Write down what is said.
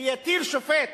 שיטיל שופט